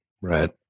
Right